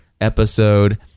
episode